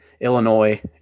Illinois